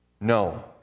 No